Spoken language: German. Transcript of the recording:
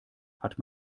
hat